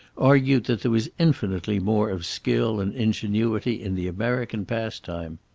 argued that there was infinitely more of skill and ingenuity in the american pastime.